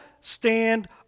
stand